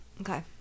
Okay